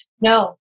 No